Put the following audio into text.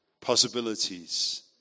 Possibilities